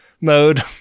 mode